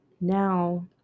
now